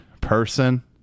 person